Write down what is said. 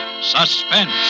suspense